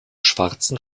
schwarzen